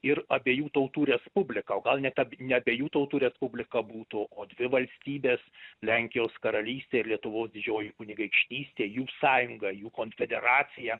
ir abiejų tautų respublika o gal net ab ne abiejų tautų respublika būtų o dvi valstybės lenkijos karalystė ir lietuvos didžioji kunigaikštystė jų sąjunga jų konfederacija